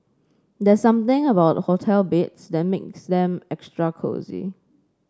there's something about hotel beds that makes them extra cosy